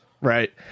Right